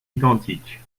identiques